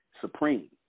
supreme